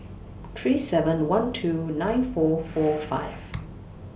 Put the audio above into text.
three seven one two nine four four five